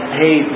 hey